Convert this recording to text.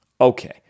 Okay